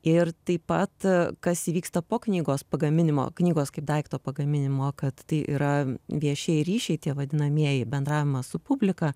ir taip pat kas vyksta po knygos pagaminimo knygos kaip daikto pagaminimo kad tai yra viešieji ryšiai tie vadinamieji bendravimas su publika